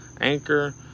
anchor